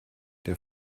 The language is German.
der